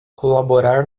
colaborar